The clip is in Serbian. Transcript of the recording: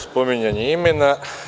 Spominjanje imena.